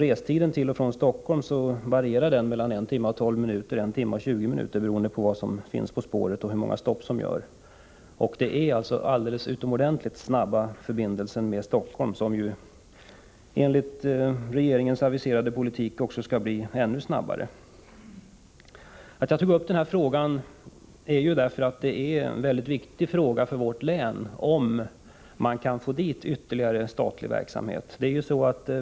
Restiden till och från Stockholm varierar mellan 1 timme och 12 minuter och 1 timme och 20 minuter, beroende på hur stor trafiken är och hur många stationer man stannar vid. Västerås har alltså utomordentligt snabba förbindelser med Stockholm, och enligt regeringens aviserade politik skall ju dessa bli ännu snabbare. Att jag tog upp den här frågan beror på att det är mycket viktigt för vårt län att få ytterligare statlig verksamhet.